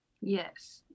Yes